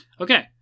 okay